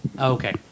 Okay